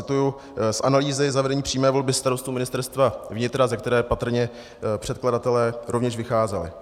A cituji z analýzy zavedení přímé volby starostů Ministerstva vnitra, ze které patrně předkladatelé rovněž vycházeli.